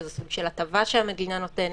שזה סוג של הטבה שהמדינה נותנת,